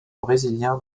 brésilien